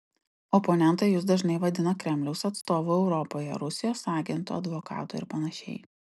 oponentai jus dažnai vadina kremliaus atstovu europoje rusijos agentu advokatu ir panašiai